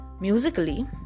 musically